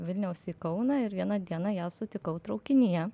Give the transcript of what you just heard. vilniaus į kauną ir vieną dieną ją sutikau traukinyje